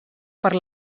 per